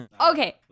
Okay